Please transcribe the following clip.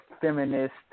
feminist